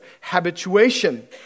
habituation